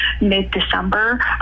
mid-December